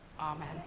Amen